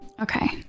Okay